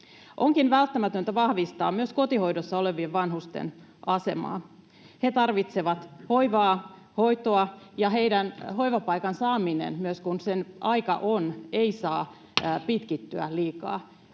Onkin välttämätöntä vahvistaa myös kotihoidossa olevien vanhusten asemaa. He tarvitsevat hoivaa, hoitoa, ja heidän hoivapaikan saamisensa, kun sen aika on, ei myöskään saa pitkittyä liikaa.